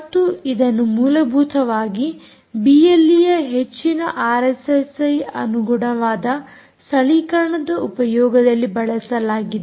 ಮತ್ತು ಇದನ್ನು ಮೂಲಭೂತವಾಗಿ ಬಿಎಲ್ಈಯ ಹೆಚ್ಚಿನ ಆರ್ಎಸ್ಎಸ್ಐ ಅನುಗುಣವಾದ ಸ್ಥಳೀಕರಣದ ಉಪಯೋಗದಲ್ಲಿ ಬಳಸಲಾಗಿದೆ